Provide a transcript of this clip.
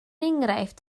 enghraifft